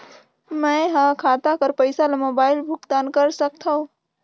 मैं ह खाता कर पईसा ला मोबाइल भुगतान कर सकथव?